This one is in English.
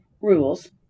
rules